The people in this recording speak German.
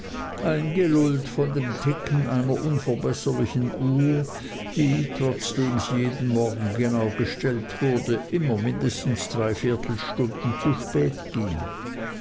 eingelullt von dem ticken einer unverbesserlichen uhr die trotzdem sie jeden morgen genau gestellt wurde immer mindestens dreiviertel stunden zu spät ging